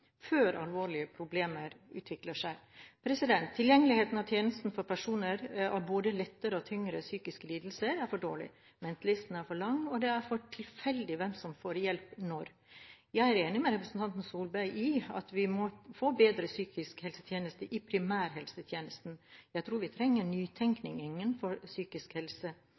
før alvorlige problemer utvikler seg. Tilgjengeligheten av tjenester for personer med både lettere og tyngre psykiske lidelser er for dårlig, ventelistene er for lange, og det er for tilfeldig hvem som får hjelp når. Jeg er enig med representanten Solberg i at vi må få bedre psykisk helsetjeneste i primærhelsetjenesten. Jeg tror vi trenger